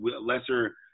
lesser